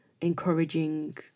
encouraging